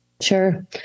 Sure